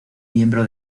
miembro